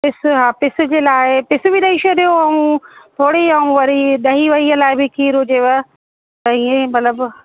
पिस हा पिस जे लाइ पिस भी ॾेई छॾियो ऐं थोरी ऐं वरी ॾही वही लाइ बि खीर हुजेव त इहे मतिलबु